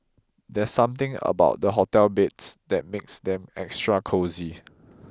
there's something about the hotel beds that makes them extra cosy